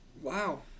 Wow